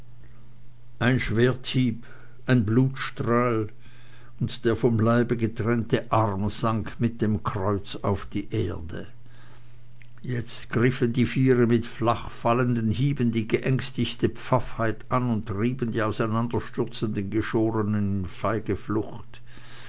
ein schwerthieb ein blutstrahl und der vom leibe getrennte arm sank mir dem kreuz auf die erde jetzt griffen die viere mit flach fallenden hieben die geängstigte pfaffheit an und trieben die auseinanderstürzenden geschornen in feige flucht